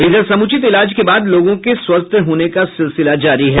इधर समुचित इलाज के बाद लोगों के स्वस्थ होने का सिलसिला जारी है